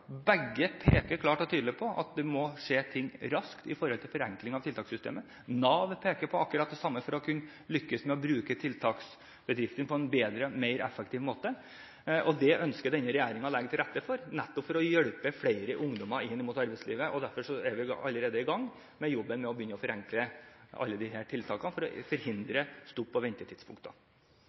klart og tydelig på at ting må skje raskt med hensyn til forenkling av tiltakssystemet. Nav peker på akkurat det samme for å kunne lykkes med å bruke tiltaksbedriftene på en bedre og mer effektiv måte. Dette ønsker denne regjeringen å legge til rette for, nettopp for å hjelpe flere ungdommer inn i arbeidslivet. Derfor er vi allerede i gang med jobben med å forenkle alle disse tiltakene – for å forhindre